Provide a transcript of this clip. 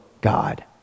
God